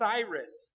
Cyrus